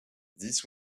this